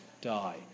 die